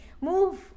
move